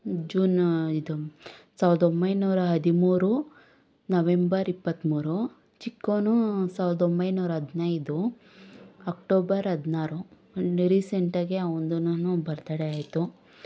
June ಇದು ಸಾವಿರ್ದ ಒಂಬೈನೂರ ಹದಿಮೂರು ನವೆಂಬರ್ ಇಪತ್ಮೂರು ಚಿಕ್ಕವ್ನು ಸಾವಿರ್ದ ಒಂಬೈನೂರ ಹದ್ನೈದು ಅಕ್ಟೋಬರ್ ಹದ್ನಾರು ರೀಸೆಂಟಾಗಿ ಅವನ್ದೂ ಬರ್ತ್ ಡೇ ಆಯ್ತು